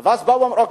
ואז בא המחוקק: